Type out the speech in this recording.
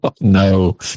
No